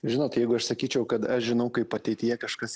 žinot jeigu aš sakyčiau kad aš žinau kaip ateityje kažkas